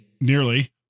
nearly